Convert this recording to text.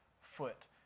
foot